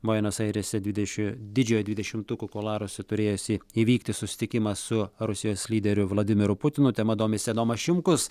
buenos airėse dvideši didžiojo dvidešimtuko kuluaruose turėjusį įvykti susitikimą su rusijos lyderiu vladimiru putinu tema domisi adomas šimkus